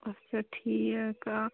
آچھا ٹھیٖک آ